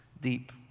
deep